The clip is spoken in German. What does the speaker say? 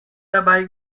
dabei